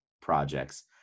projects